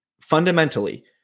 fundamentally